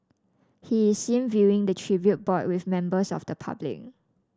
he is seen viewing the tribute board with members of the public